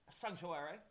sanctuary